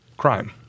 crime